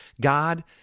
God